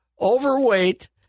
overweight